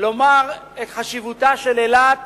לומר את חשיבותה של אילת